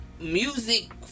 music